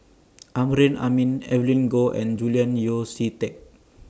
Amrin Amin Evelyn Goh and Julian Yeo See Teck